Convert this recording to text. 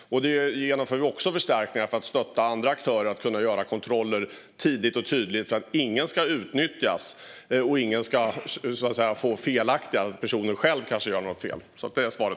Vi genomför också förstärkningar för att stötta andra aktörer i att kunna göra kontroller tidigt och tydligt för att ingen ska utnyttjas men även så att personer själva inte gör något fel.